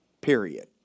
period